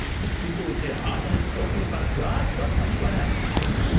because people will say. hartman is talking about god so much. what happened to him?